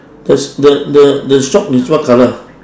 there's the the the shop is what colour